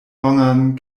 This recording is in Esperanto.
longan